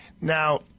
Now